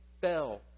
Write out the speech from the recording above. fell